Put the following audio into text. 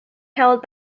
held